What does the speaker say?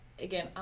Again